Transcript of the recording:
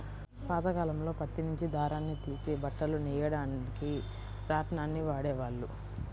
పాతకాలంలో పత్తి నుంచి దారాన్ని తీసి బట్టలు నెయ్యడానికి రాట్నాన్ని వాడేవాళ్ళు